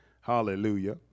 Hallelujah